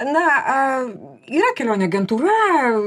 na a yra kelionių agentūra